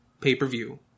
pay-per-view